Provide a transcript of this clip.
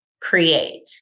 create